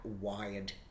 wired